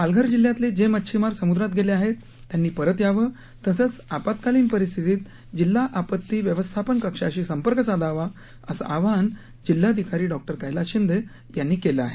पालघर जिल्ह्यातले जे मच्छिमार समुद्रात गेले आहेत त्यांनी परत यावं तसंच आपत्कालीन परिस्थितीत जिल्हा आपत्ती व्यवस्थापन कक्षाशी संपर्क साधावा असं आवाहन जिल्हाधिकारी डॉ कैलास शिंदे यांनी केलं आहे